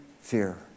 fear